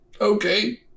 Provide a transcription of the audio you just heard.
okay